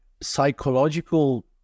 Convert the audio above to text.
psychological